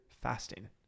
fasting